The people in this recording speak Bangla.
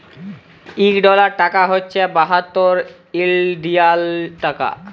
ইক ডলার টাকা হছে বাহাত্তর ইলডিয়াল টাকা